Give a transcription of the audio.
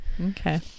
okay